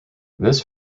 this